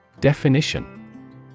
Definition